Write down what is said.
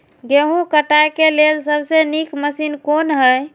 गेहूँ काटय के लेल सबसे नीक मशीन कोन हय?